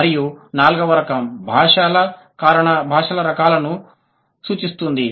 మరియు నాల్గవ రకం భాషా రకాలను సూచిస్తుంది